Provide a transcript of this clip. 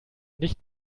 nicht